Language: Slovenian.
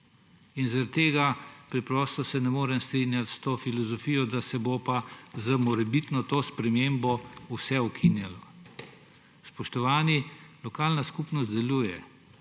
In zaradi tega preprosto se ne morem strinjati s to filozofijo, da se bo pa s to morebitno spremembo vse ukinjalo. Spoštovani, lokalna skupnost deluje.